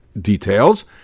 details